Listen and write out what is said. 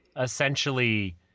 essentially